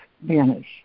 vanish